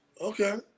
okay